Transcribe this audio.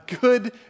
good